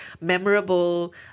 memorable